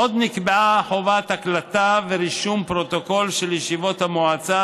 עוד נקבעה חובת הקלטה ורישום פרוטוקול של ישיבות המועצה,